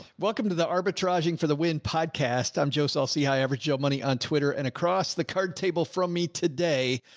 welcome to the arbitrage thing for the win podcast. i'm joe saul-sehy, averagejoemoney on twitter and across the card table from me today.